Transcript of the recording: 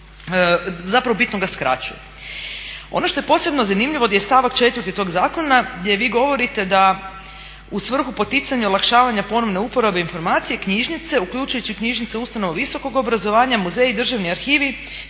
zapravo bitno ga skraćuje. Ono što je posebno zanimljivo je stavak 4. tog zakona gdje vi govorite da u svrhu poticanja i olakšavanja ponovne uporabe informacija knjižnice uključujući i knjižnice u ustanovama visokog obrazovanja, muzeji, državni arhivi